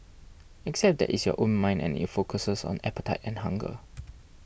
except that it's your own mind and it focuses on appetite and hunger